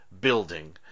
building